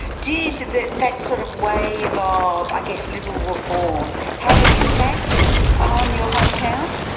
did did that that sort of wave of i guess liberal reform have an impact on your hometown?